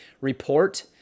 report